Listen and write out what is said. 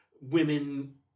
women